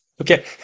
Okay